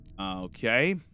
Okay